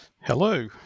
Hello